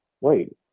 wait